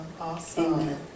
awesome